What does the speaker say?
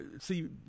see